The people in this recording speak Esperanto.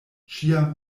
ĉiam